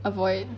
avoid